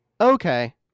Okay